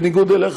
בניגוד אליך,